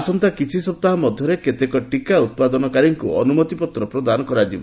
ଆସନ୍ତା କିଛି ସପ୍ତାହ ମଧ୍ୟରେ କେତେକ ଟିକା ଉତ୍ପାଦନକାରୀଙ୍କୁ ଅନୁମତିପତ୍ର ପ୍ରଦାନ କରାଯିବ